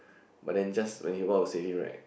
but then just when he about to save him right